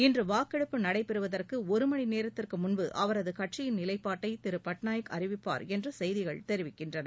இன்று வாக்கெடுப்பு நடைபெறுவதற்கு ஒருமனி நேரத்திற்கு முன்பு அவரது கட்சியின் நிலைப்பாட்டை திரு பட்நாயக் அறிவிக்கப்பார் என்று செய்திகள் தெரிவிக்கின்றன